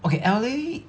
okay L_A